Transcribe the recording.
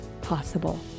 possible